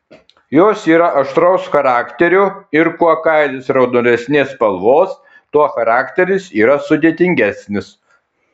jos yra aštraus charakterio ir kuo kailis raudonesnės spalvos tuo charakteris yra sudėtingesnis